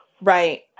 Right